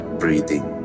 breathing